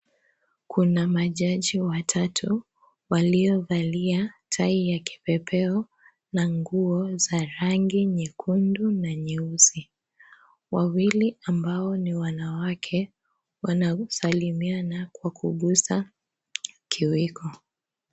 Kuna majaji watatu, waliovalia tai ya kipepeo na nguo za rangi nyekundu na nyeusi. Wawili ambao ni wanawake, wanamsalimiana kwa kugusa kiwiko.